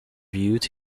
viewed